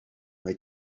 mae